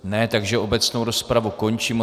Ne, takže obecnou rozpravu končím.